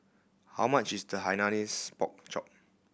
how much is the Hainanese Pork Chop